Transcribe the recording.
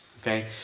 okay